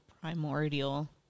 primordial